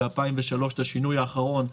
ב-2003 את השינוי האחרון,